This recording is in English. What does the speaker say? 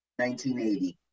1980